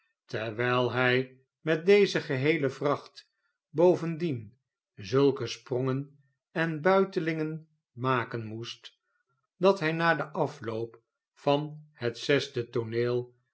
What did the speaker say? terwijl hij met deze geheele vracht bovendien zulke sprongen en buitelingen ma ken moest dat hlj na den afloop van het zesde tooneel